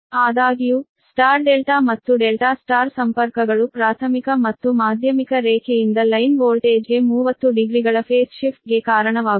ಆದಾಗ್ಯೂ star delta ಮತ್ತು delta star ಸಂಪರ್ಕಗಳು ಪ್ರಾಥಮಿಕ ಮತ್ತು ಮಾಧ್ಯಮಿಕ ರೇಖೆಯಿಂದ ಲೈನ್ ವೋಲ್ಟೇಜ್ಗೆ 30 ಡಿಗ್ರಿಗಳ ಫೇಸ್ ಶಿಫ್ಟ್ ಗೆ ಕಾರಣವಾಗುತ್ತವೆ